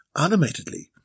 animatedly